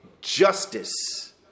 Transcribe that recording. justice